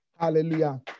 Hallelujah